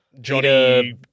Johnny